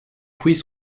fruits